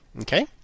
Okay